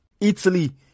Italy